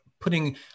putting